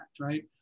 right